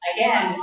Again